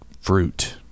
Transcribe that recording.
fruit